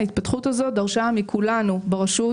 ההתפתחות הזאת דרשה מכולנו ברשות